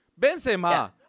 Benzema